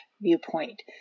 viewpoint